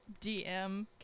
dm